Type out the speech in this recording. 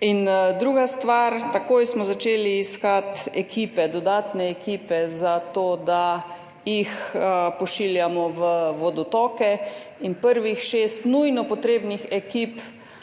In druga stvar, takoj smo začeli iskati dodatne ekipe za to, da jih pošiljamo v vodotoke in prvih šest nujno potrebnih ekip